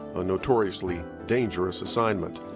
a notoriously dangerous assignment.